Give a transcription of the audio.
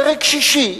פרק שישי,